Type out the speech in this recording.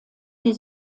sie